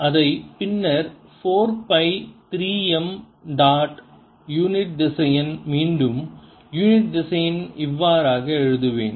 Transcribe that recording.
அதை பின்னர் 4 by 3m dot unit திசையன் மீண்டும் யூனிட் திசையன் இவ்வாறாக எழுதுவேன்